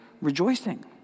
rejoicing